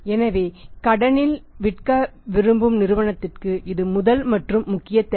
எனவே கடனில் விற்க விரும்பும் நிறுவனத்திற்கு இது முதல் மற்றும் முக்கிய தேவை